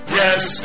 yes